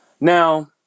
Now